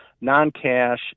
non-cash